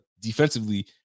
defensively